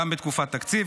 גם בתקופת תקציב.